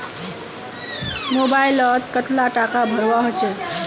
Mobile लोत कतला टाका भरवा होचे?